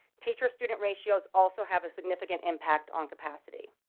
teacher student ratios also have a significant impact on capacity